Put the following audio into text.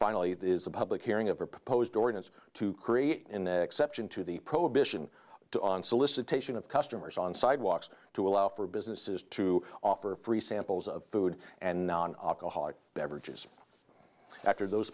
finally this is a public hearing of a proposed ordinance to create in the exception to the prohibition to on solicitation of customers on sidewalks to allow for businesses to offer free samples of food and non alcoholic beverages after those